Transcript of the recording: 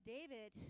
David